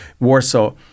Warsaw